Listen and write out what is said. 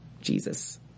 Jesus